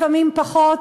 לפעמים פחות.